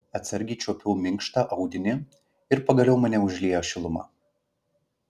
atsargiai čiuopiau minkštą audinį ir pagaliau mane užliejo šiluma